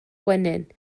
gwenyn